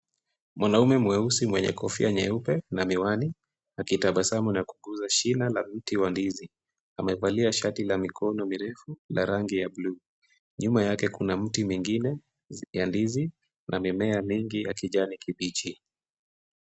Mwanamume mweusi mwenye kofia nyeupe na miwani , akitabasamu na kuguza shina la mti wa ndizi ,amevalia shati la mikono mirefu la rangi ya bluu, nyuma yake kuna miti mingine za ndizi na mimea mingi ya kijani kibichi .